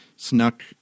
snuck